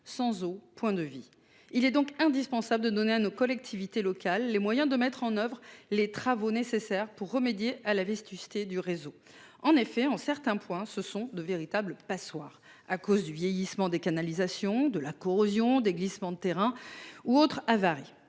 Sans eau, point de vie ! Il est donc indispensable de donner à nos collectivités locales les moyens de mettre en oeuvre les travaux nécessaires pour remédier à la vétusté du réseau. En effet, en certains endroits, il y a de véritables passoires, à cause du vieillissement des canalisations, de la corrosion, des glissements de terrain ou d'autres avaries.